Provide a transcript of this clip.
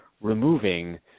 removing